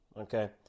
Okay